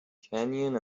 canyon